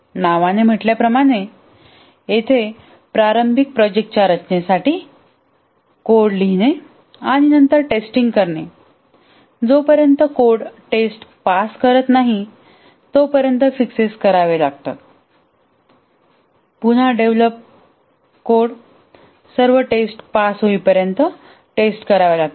नावाने म्हटल्याप्रमाणे येथे प्रारंभिक प्रोजेक्टच्या रचनेसाठी साठी कोड लिहिणे आणि आणि नंतर टेस्टिंग करणे जोपर्यंत कोडे टेस्ट पास करत नाही तोपर्यंत फिक्सएस करावे लागतात पुन्हा डेव्हलप कोड सर्व टेस्ट पास होईपर्यंत टेस्ट कराव्या लागता